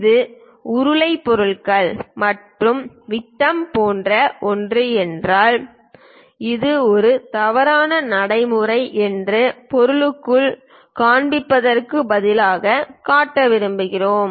இது உருளை பொருள்கள் மற்றும் விட்டம் போன்ற ஒன்று என்றால் இது ஒரு தவறான நடைமுறை என்று பொருளுக்குள் காண்பிப்பதற்கு பதிலாக காட்ட விரும்புகிறோம்